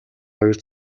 хоёр